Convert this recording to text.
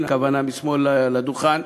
הכוונה משמאל לדוכן,